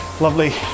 lovely